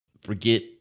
forget